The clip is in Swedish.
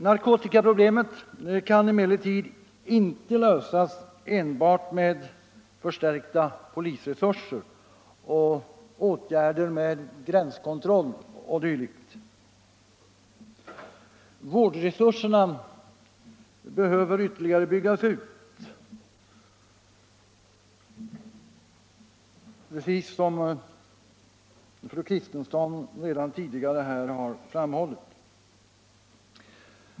Narkotikaproblemet kan dock inte lösas enbart med förstärkta polisresurser, med gränskontroll o.d. Vårdresurserna behöver ytterligare byggas ut, som fru Kristensson redan tidigare här har framhållit.